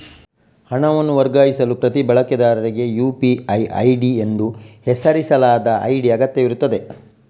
ಹಣವನ್ನು ವರ್ಗಾಯಿಸಲು ಪ್ರತಿ ಬಳಕೆದಾರರಿಗೆ ಯು.ಪಿ.ಐ ಐಡಿ ಎಂದು ಹೆಸರಿಸಲಾದ ಐಡಿ ಅಗತ್ಯವಿರುತ್ತದೆ